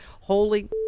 Holy